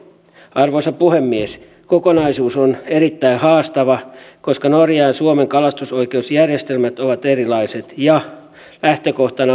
arvoisa puhemies kokonaisuus on erittäin haastava koska norjan ja suomen kalastusoikeusjärjestelmät ovat erilaiset ja lähtökohtana